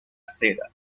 seda